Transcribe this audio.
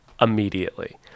immediately